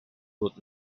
would